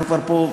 אנחנו כבר פה,